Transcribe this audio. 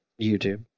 YouTube